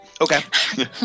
Okay